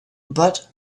but